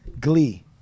Glee